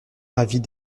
avis